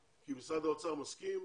כי משרד האוצר מסכים.